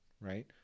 right